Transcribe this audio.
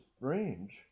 range